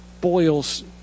boils